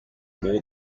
more